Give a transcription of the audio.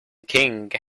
king